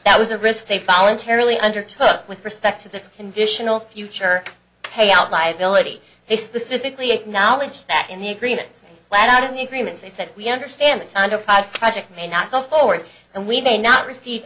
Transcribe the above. that was a risk they voluntarily undertook with respect to this conditional future payout liability they specifically acknowledged that in the agreements flat out in the agreements they said we understand that under five project may not go forward and we may not receive